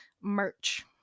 merch